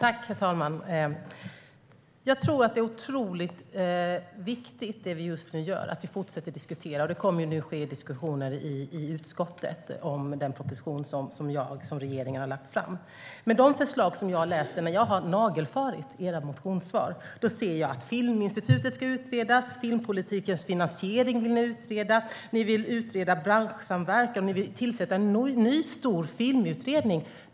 Herr talman! Det är otroligt viktigt att vi fortsätter att diskutera som vi just nu gör. Det kommer nu att ske diskussioner i utskottet om den proposition som regeringen har lagt fram. De förslag som jag har läst när jag nagelfarit era motionssvar är att Filminstitutet ska utredas och att ni vill utreda filmpolitikens finansiering. Ni vill utreda branschsamverkan och tillsätta ny stor filmutredning.